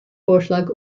vorschlag